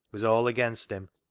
was all against him,